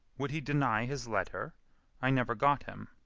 would he deny his letter i never got him.